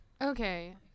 Okay